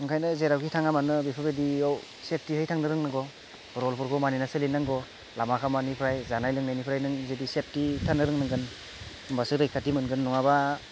ओंखायनो जेरावखि थाङा मानो बेफोरबायदियाव सेफटियै थांनो रोंनांगौ रुलफोरखौ मानिना सोलिनांगौ लामा सामानिफ्राय जानाय लोंनायनिफ्राय नों बिदि सेफथि थानो रोंनांगोन होमबासो रैखाथि मोनगोन नङाबा